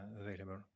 available